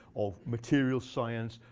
of material science,